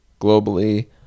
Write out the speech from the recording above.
globally